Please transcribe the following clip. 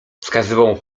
wskazywał